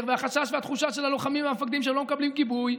והחשש והתחושה של הלוחמים המפקדים שלא מקבלים גיבוי,